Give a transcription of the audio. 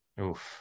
Oof